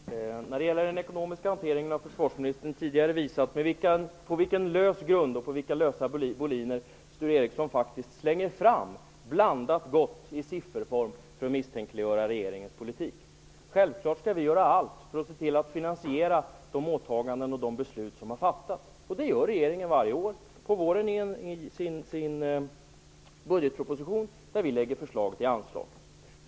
Herr talman! När det gäller den ekonomiska hanteringen har försvarsministern tidigare visat på vilken lös grund och på vilka lösa boliner Sture Ericson faktiskt slänger fram blandat gott i sifferform för att misstänkliggöra regeringens politik. Självklart skall vi göra allt för att se till att finansiera de åtaganden och de beslut som har fattats. Det gör regeringen varje år på våren i sin budgetproposition, där man lägger fram förslag till anslag.